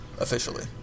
Officially